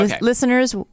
listeners